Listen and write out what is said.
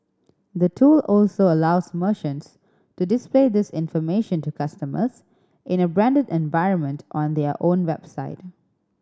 the tool also allows merchants to display this information to customers in a branded environment on their own website